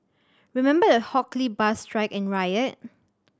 remember the Hock Lee bus strike and riot